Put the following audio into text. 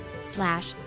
slash